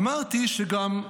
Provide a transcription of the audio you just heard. אמרתי גם,